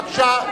בבקשה.